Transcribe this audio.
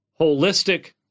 holistic